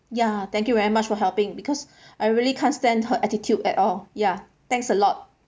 ya thank you very much for helping because I really can't stand her attitude at all ya thanks a lot